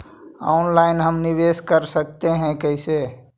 Online हम निवेश कर सकते है, कैसे?